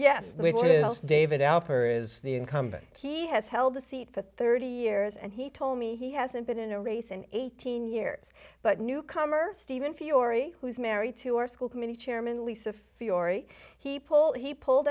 yes david alper is the incumbent he has held the seat for thirty years and he told me he hasn't been in a race in eighteen years but newcomer stephen fiore who's married to our school committee chairman lisa fiore he pulled